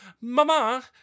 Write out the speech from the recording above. mama